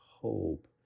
hope